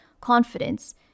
confidence